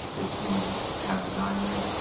if she's having nightmares.